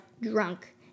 drunk